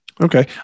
Okay